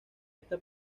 esta